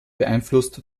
beeinflusst